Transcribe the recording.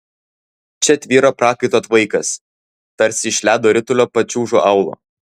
čia tvyro prakaito tvaikas tarsi iš ledo ritulio pačiūžų aulo